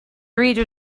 reader